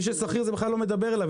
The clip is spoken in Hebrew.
מי ששכיר זה בכלל לא מדבר אליו,